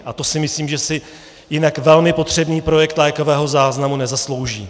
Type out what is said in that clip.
A to si myslím, že si jinak velmi potřebný projekt lékového záznamu nezaslouží.